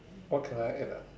what can I add ah